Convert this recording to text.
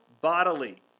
bodily